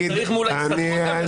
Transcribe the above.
צריך לסדר את זה מול ההסתדרות.